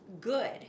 good